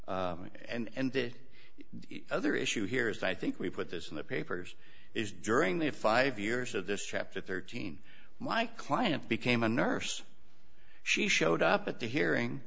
and did other issue here is i think we put this in the papers is during the five years of this chapter thirteen my client became a nurse she showed up at the hearing